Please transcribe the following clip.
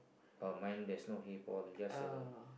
uh mine there is no Hey Paul it's just a